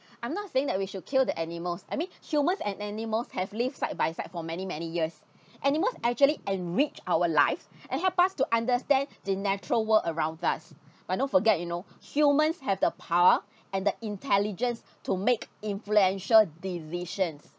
I'm not saying that we should kill the animals I mean humans and animals have lived side by side for many many years animals actually enrich our lives and help us to understand the natural world around us but don't forget you know humans have the power and the intelligence to make influential decisions